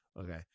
Okay